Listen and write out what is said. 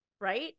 Right